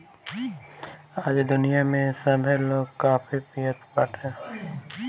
आज दुनिया में सभे लोग काफी पियत बाटे